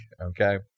Okay